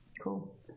Cool